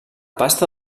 pasta